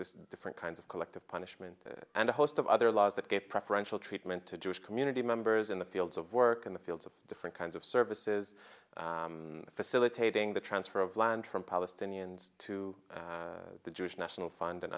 the different kinds of collective punishment and a host of other laws that give preferential treatment to jewish community members in the fields of work in the fields of different kinds of services facilitating the transfer of land from palestinians to the jewish national fund